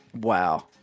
Wow